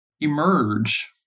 emerge